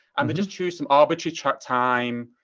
and they just choose some arbitrary track time.